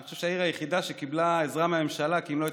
אני חושב שהיא העיר היחידה שקיבלה עזרה מהממשלה,